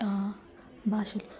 భాషలు